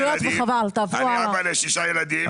אני אבא לשישה ילדים,